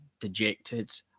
dejected